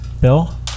Bill